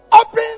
open